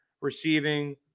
receiving